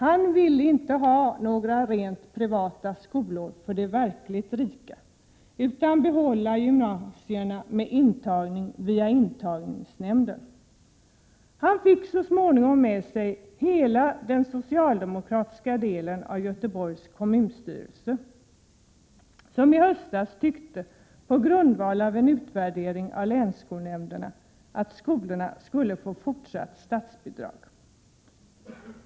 Han ville inte ha några rent privata skolor för de verkligt rika, utan han ville behålla gymnasierna med intagning via intagningsnämnden. Så småningom fick han med sig hela den. socialdemokratiska gruppen i Göteborgs kommunstyrelse, som i höstas, på grundval av en utvärdering av länsskolnämnderna, menade att skolorna skulle få fortsatt statsbidrag.